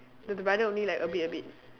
so the brother only like a bit a bit